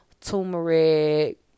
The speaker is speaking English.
Turmeric